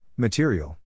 Material